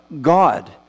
God